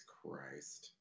Christ